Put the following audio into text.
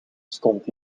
stond